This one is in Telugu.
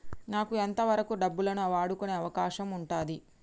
నాకు ఎంత వరకు డబ్బులను వాడుకునే అవకాశం ఉంటది?